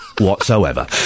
Whatsoever